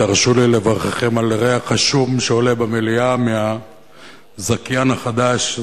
תרשו לי לברככם על ריח השום שעולה במליאה מהזכיין החדש.